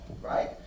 right